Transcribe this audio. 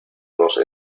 unos